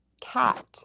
cat